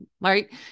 right